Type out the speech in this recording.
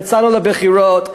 יצאנו לבחירות,